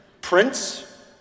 prince